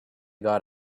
got